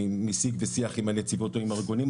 משיג ושיח עם הנציבות או עם הארגונים,